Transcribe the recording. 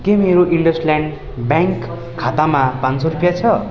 के मेरो IndusInd bank खातामा पाँच सौ रूपियाँ छ